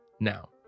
Now